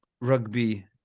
rugby